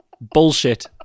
bullshit